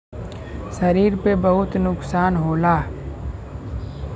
शरीर पे बहुत नुकसान होला